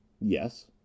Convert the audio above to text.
Yes